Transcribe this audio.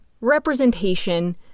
representation